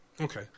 okay